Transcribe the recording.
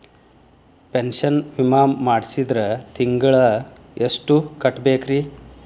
Pension ವಿಮಾ ಮಾಡ್ಸಿದ್ರ ತಿಂಗಳ ಎಷ್ಟು ಕಟ್ಬೇಕ್ರಿ?